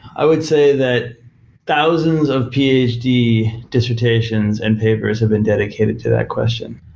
i would say that thousands of ph d. dissertations and papers have been dedicated to that question.